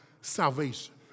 salvation